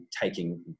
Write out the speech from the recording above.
taking